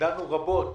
דנו רבות